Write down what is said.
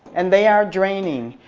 and they are draining.